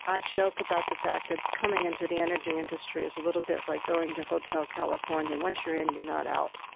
joke about the fact that coming into the energy industry is a little bit like going to hotel california, once you're in, you're not out.